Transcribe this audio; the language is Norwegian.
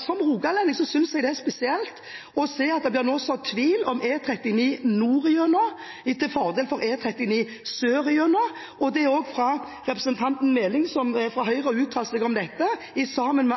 Som rogalending synes jeg det er spesielt å se at det nå blir sådd tvil om E39 nordover, til fordel for E39 sørover – og det gjøres til og med av Høyre-representanten Meling, som uttalte seg om dette sammen med andre fra Høyre, og som lovte dobbeltspor til Egersund på jernbanen. Her er det redsel for hvem som skal tape. Denne regjeringen ønsker å gi med